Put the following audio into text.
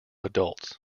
adults